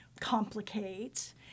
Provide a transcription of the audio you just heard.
complicate